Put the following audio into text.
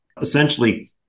essentially